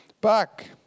back